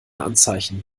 anzeichen